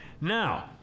Now